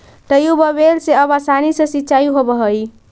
tubewell से अब आसानी से सिंचाई होवऽ हइ